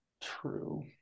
True